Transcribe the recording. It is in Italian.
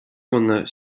con